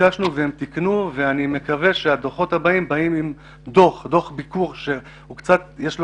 ביקשנו והם תיקנו ואני מקווה שבדוחות הבאים יהיה גם דוח ביקור שיש לו